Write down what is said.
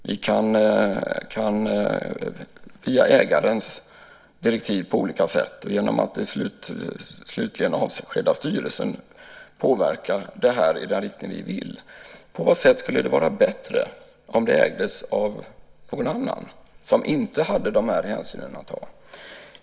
Via ägarens direktiv kan vi på olika sätt - i slutändan genom att avskeda styrelsen - påverka i den riktning vi vill. På vad sätt skulle det vara bättre om Vin & Sprit ägdes av någon annan som inte hade dessa hänsyn att ta?